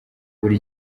buri